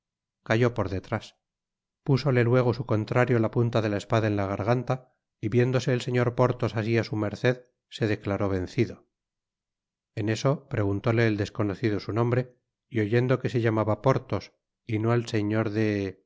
cayó por detrás púsole luego su contrario la punta de la espada en la garganta y viéndose el señor porthos así á su merced se declaró vencido en eso preguntóle el desconocido su nombre y oyendo que se llamaba porthos y no el señor de